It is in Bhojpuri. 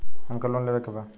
हमके लोन लेवे के बा?